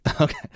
okay